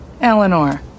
Eleanor